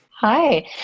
Hi